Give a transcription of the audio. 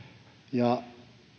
ja